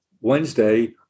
Wednesday